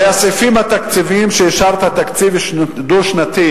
הרי בסעיפים התקציביים, אישרת תקציב דו-שנתי,